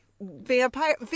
Vampire